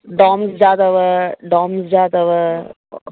Doms अथव डॉम्स जा अथव